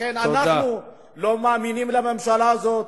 לכן אנחנו לא מאמינים לממשלה הזאת,